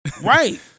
Right